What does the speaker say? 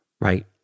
right